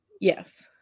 Yes